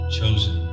chosen